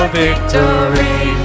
victory